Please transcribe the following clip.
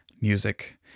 music